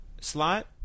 slot